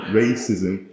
racism